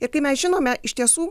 ir kai mes žinome iš tiesų